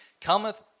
cometh